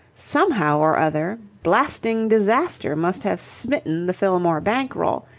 somehow or other, blasting disaster must have smitten the fillmore bank-roll,